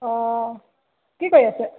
অঁ কি কৰি আছে